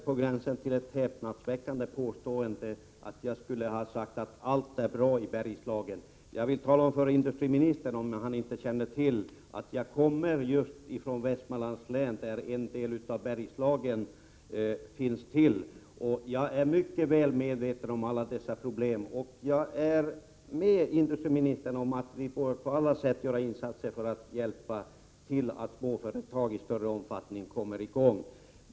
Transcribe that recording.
Herr talman! Det är ett rätt häpnadsväckande påstående att jag skulle ha sagt att allt är bra i Bergslagen. Om inte industriministern känner till det vill jag tala om att jag kommer just från en del av Västmanlands län som ingår i Bergslagsområdet. Jag är mycket väl medveten om alla problem, och jag håller med om att vi på alla sätt bör göra insatser för att hjälpa till att småföretag kommer i gång i större utsträckning.